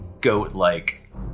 goat-like